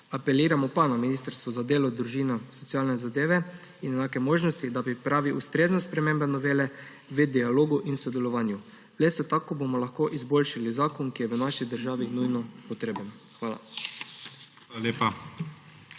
Apeliramo pa na Ministrstvo za delo, družino, socialne zadeve in enake možnosti, da pripravi ustrezno spremembo novele v dialogu in sodelovanju. Le tako bomo lahko izboljšali zakon, ki je v naši državi nujno potreben. Hvala.